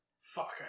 Fuck